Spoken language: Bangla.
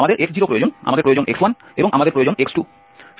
আমাদের x0 প্রয়োজন আমাদের প্রয়োজন x1 এবং আমাদের প্রয়োজন x2